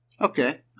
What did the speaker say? Okay